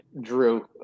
Drew